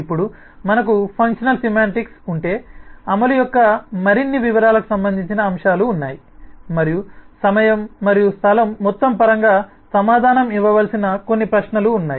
ఇప్పుడు మనకు functional semantics ఉంటే అమలు యొక్క మరిన్ని వివరాలకు సంబంధించిన అంశాలు ఉన్నాయి మరియు సమయం మరియు స్థలం మొత్తం పరంగా సమాధానం ఇవ్వవలసిన కొన్ని ప్రశ్నలు ఉన్నాయి